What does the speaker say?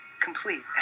Complete